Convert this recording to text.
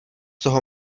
toho